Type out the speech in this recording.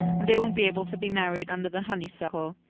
and they won't be able to be married under the honeysuckle.